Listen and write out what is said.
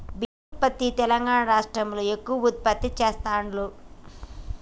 బియ్యం ఉత్పత్తి తెలంగాణా రాష్ట్రం లో ఎక్కువ ఉత్పత్తి చెస్తాండ్లు